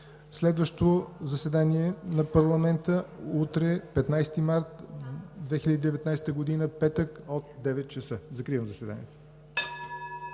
Следващо заседание на парламента е утре, 15 март 2019 г., петък, от 9,00 ч. Закривам заседанието.